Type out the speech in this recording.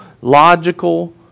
logical